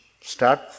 Start